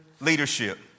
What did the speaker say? leadership